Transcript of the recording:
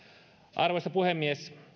arvoisa puhemies